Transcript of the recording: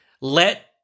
let